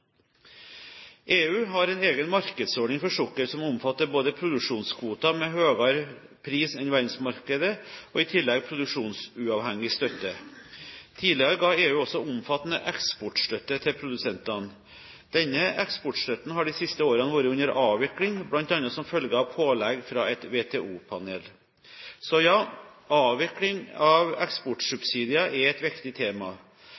EU har en egen markedsordning for sukker, som omfatter både produksjonskvoter med høyere pris enn verdensmarkedet og i tillegg produksjonsuavhengig støtte. Tidligere ga EU også omfattende eksportstøtte til produsentene. Denne eksportstøtten har de siste årene vært under avvikling, bl.a. som følge av pålegg fra et WTO-panel. Så ja, avvikling av eksportsubsidier er et viktig tema.